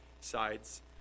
sides